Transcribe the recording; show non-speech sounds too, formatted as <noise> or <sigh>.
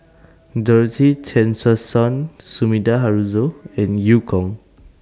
<noise> Dorothy Tessensohn Sumida Haruzo and EU Kong